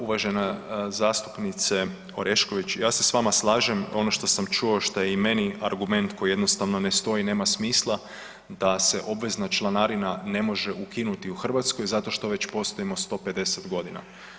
Uvažena zastupnice Orešković, ja se s vama slažem, ono što sam čuo, što je i meni argument koji jednostavno ne stoji i nema smisla, da se obvezna članarina ne može ukinuti u Hrvatskoj zato što već postojimo 150 godina.